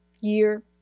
year